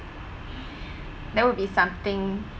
that would be something